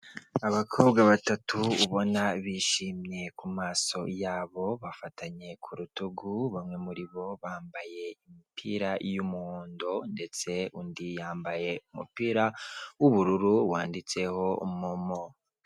Abakobwa batatu ubona bishimye ku maso yabo bafatanye ku rutugu bamwe muri bo bambaye imipira y' umuhondo ndetse undi yambaye umupira w' ubururu wanditseho Momo.